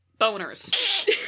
boners